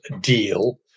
deal